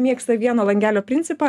mėgsta vieno langelio principą